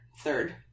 third